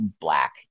Black